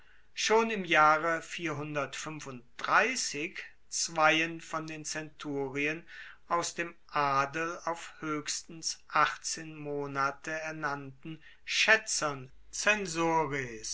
schon im jahre zweien von den zenturien aus dem adel auf hoechstens achtzehn monate ernannten schaetzern